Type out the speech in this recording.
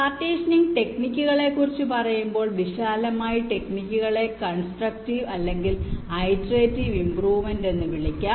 partitioning ടെക്നിക്കുകളെക്കുറിച്ച് പറയുമ്പോൾ വിശാലമായി ടെക്നിക്കുകളെ കൺസ്ട്രക്റ്റീവ് അല്ലെങ്കിൽ ഇറ്ററേറ്റിവ് ഇമ്പ്രൂവ്മെന്റ് എന്ന് വിളിക്കാം